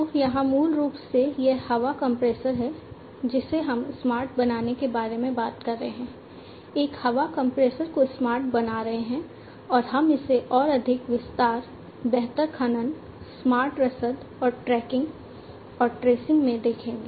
तो यहाँ मूल रूप से यह हवा कंप्रेसर है जिसे हम स्मार्ट बनाने के बारे में बात कर रहे हैं एक हवा कंप्रेसर को स्मार्ट बना रहे हैं और हम इसे और अधिक विस्तार बेहतर खनन स्मार्ट रसद और ट्रैकिंग और ट्रेसिंग में देखेंगे